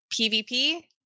PVP